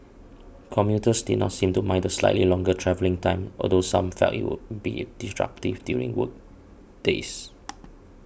commuters did not seem to mind the slightly longer travelling time although some felt it would be disruptive during workdays